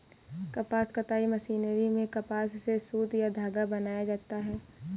कपास कताई मशीनरी में कपास से सुत या धागा बनाया जाता है